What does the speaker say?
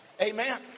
Amen